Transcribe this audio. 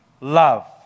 love